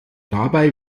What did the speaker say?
dabei